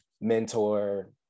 mentor